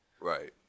Right